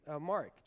Mark